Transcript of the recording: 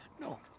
No